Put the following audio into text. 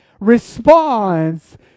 responds